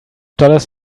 dollars